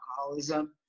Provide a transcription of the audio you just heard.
alcoholism